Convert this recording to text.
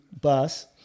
bus